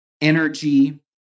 energy